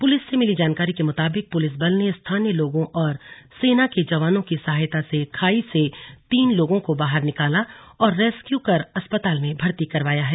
police से मिली जानकारी के मुताबिक पुलिस बल ने स्थानीय लोगों और सेना के जवानों की सहायता से खाई से तीन लोगों को बाहर निकाला रेसक्यू कर अस्पताल में भर्ती करवाया है